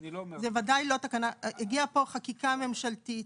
הגיעה לפה חקיקה ממשלתית.